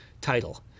title